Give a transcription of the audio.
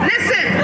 Listen